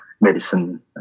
medicine